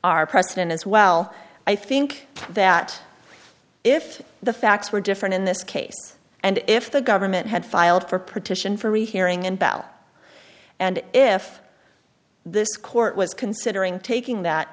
e precedent as well i think that if the facts were different in this case and if the government had filed for petition for rehearing and bell and if this court was considering taking that